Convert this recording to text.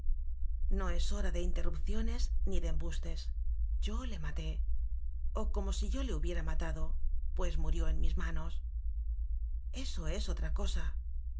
no es hora de interrupciones ni de em bustes yo le maté o como si yo le hubiera matado pues murió en mis manos eso es otra cosa